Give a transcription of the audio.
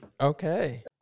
Okay